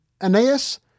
Aeneas